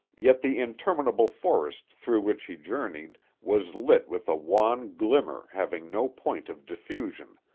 yet the interminable forest through which he journeyed was lit with a wan glimmer having no point of diffusion,